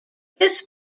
this